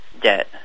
debt